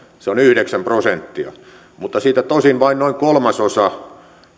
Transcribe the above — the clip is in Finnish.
se on yhdeksän prosenttia mutta siitä tosin vain noin kolmasosa